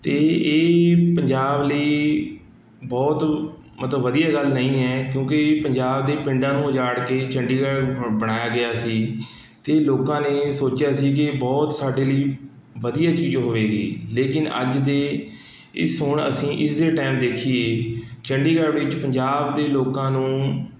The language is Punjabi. ਅਤੇ ਇਹ ਪੰਜਾਬ ਲਈ ਬਹੁਤ ਮਤਲਬ ਵਧੀਆ ਗੱਲ ਨਹੀਂ ਹੈ ਕਿਉਂਕਿ ਪੰਜਾਬ ਦੇ ਪਿੰਡਾਂ ਨੂੰ ਉਜਾੜ ਕੇ ਚੰਡੀਗੜ੍ਹ ਬ ਬਣਾਇਆ ਗਿਆ ਸੀ ਅਤੇ ਲੋਕਾਂ ਨੇ ਸੋਚਿਆ ਸੀ ਕਿ ਬਹੁਤ ਸਾਡੇ ਲਈ ਵਧੀਆ ਚੀਜ਼ ਹੋਵੇਗੀ ਲੇਕਿਨ ਅੱਜ ਦੇ ਇਸ ਹੁਣ ਅਸੀਂ ਇਸਦੇ ਟਾਈਮ ਦੇਖੀਏ ਚੰਡੀਗੜ੍ਹ ਵਿੱਚ ਪੰਜਾਬ ਦੇ ਲੋਕਾਂ ਨੂੰ